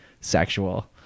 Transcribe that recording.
sexual